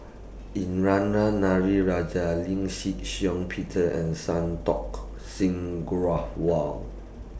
Indranee Rajah Shih Shiong Peter and Santokh Singh